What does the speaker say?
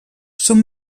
són